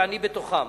ואני בתוכם.